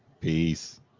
Peace